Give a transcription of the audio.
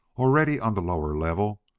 already on the lower level,